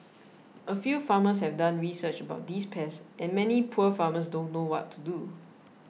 a few farmers have done research about these pests and many poor farmers don't know what to do